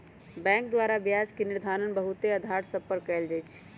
bank द्वारा ब्याज के निर्धारण बहुते अधार सभ पर कएल जाइ छइ